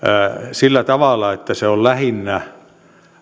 sillä tavalla että se on lähinnä